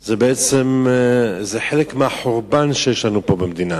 היא בעצם חלק מהחורבן שיש לנו פה במדינה.